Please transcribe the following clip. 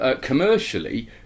commercially